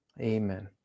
Amen